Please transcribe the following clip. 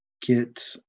get